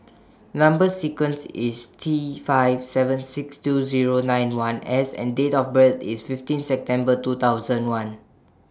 Number sequence IS T five seven six two Zero nine one S and Date of birth IS fifteenth September two thousand and one